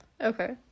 Okay